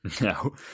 No